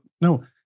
No